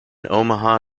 omaha